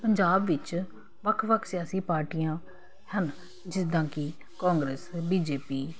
ਪੰਜਾਬ ਵਿੱਚ ਵੱਖ ਵੱਖ ਸਿਆਸੀ ਪਾਰਟੀਆਂ ਹਨ ਜਿੱਦਾਂ ਕਿ ਕੋਂਗਰਸ ਬੀਜੇਪੀ